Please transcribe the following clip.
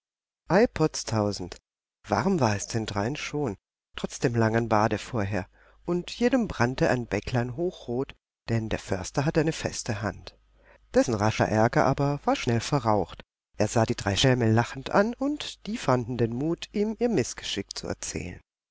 warm war es den dreien schon trotz dem langen bade vorher und jedem brannte ein bäcklein hochrot denn der förster hatte eine feste hand dessen rascher ärger aber war schnell verraucht er sah die drei schelme lachend an und die fanden den mut ihm ihr mißgeschick zu erzählen